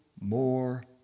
more